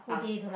ah